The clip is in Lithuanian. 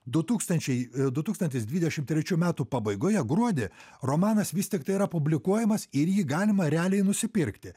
du tūkstančiai du tūkstantis dvidešim trečių metų pabaigoje gruodį romanas vis tiktai yra publikuojamas ir jį galima realiai nusipirkti